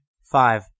Five